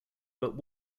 but